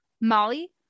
Molly